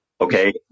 okay